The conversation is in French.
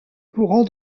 courant